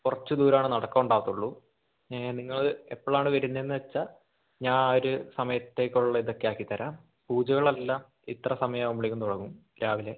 കുറച്ച് ദൂരം നടക്കാൻ ഉണ്ടാകുള്ളൂ നിങ്ങൾ എപ്പോഴാണ് വരുന്നതെന്ന് വെച്ചാ ഞാൻ ഒരു സമയത്തേക്കുള്ള ഇതൊക്കെ ആക്കി തരാം പൂജകളെല്ലാം ഇത്ര സമയം ആകുമ്പോഴത്തേക്കും തുടങ്ങും രാവിലെ